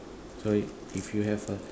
so if you have a